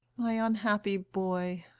my unhappy boy!